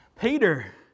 Peter